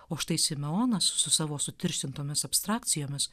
o štai simeonas su savo sutirštintomis abstrakcijomis